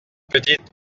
petites